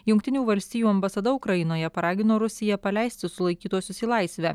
jungtinių valstijų ambasada ukrainoje paragino rusiją paleisti sulaikytuosius į laisvę